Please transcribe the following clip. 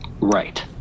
Right